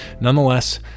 Nonetheless